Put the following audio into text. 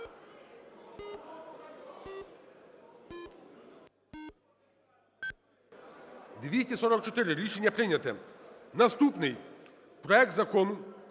244. Рішення прийнято. Наступний: проект Закону